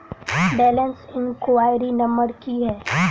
Balance enquiry number की है?